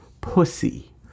pussy